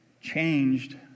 changed